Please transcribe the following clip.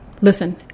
listen